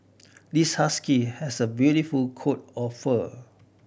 this husky has a beautiful coat of fur